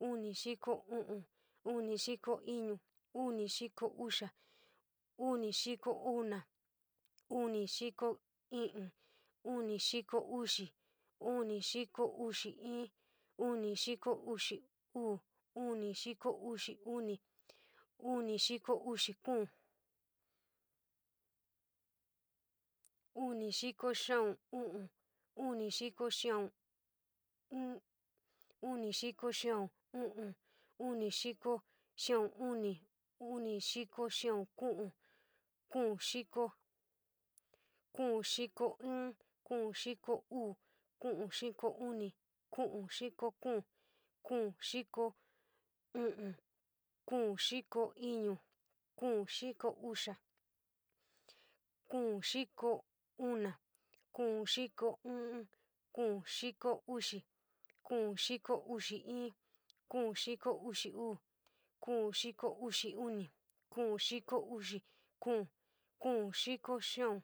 Unixiko u'un, unixiko ñuu, unixiko uxia, unixiko una, unixiko iin, unixiko uxi, unixiko uxi iin, unixiko uxi uu, unixiko uxi uni, unixiko uxi kuun, unixiko xia'un, unixiko xia'un iin, unixiko xia'un uu, unixiko xia'un uni, unixiko xia'un kuun, kuun xiko, kuun xiko iin, kuun xiko uu, kuun xiko uni, kuun xiko kuun, kuun xiko u'un, kuun xiko ñuu, kuun xiko uxia, kuun xiko una, kuun xiko iin, kuun xiko uxi, kuun xiko uxi iin, kuun xiko uxi uu, kuun xiko uxi uni, kuun xiko uxi kuun, kuun xiko xia'un,